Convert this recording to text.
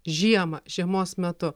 žiemą žiemos metu